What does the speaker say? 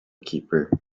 keeper